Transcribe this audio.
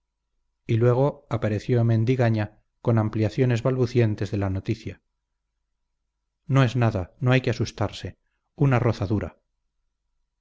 y luego apareció mendigaña con ampliaciones balbucientes de la noticia no es nada no hay que asustarse una rozadura